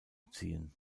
ziehen